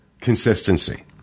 consistency